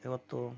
ಇವತ್ತು